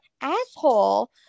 asshole